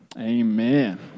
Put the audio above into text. Amen